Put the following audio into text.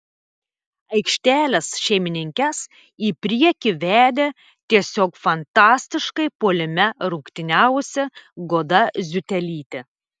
aikštelės šeimininkes į priekį vedė tiesiog fantastiškai puolime rungtyniavusi goda ziutelytė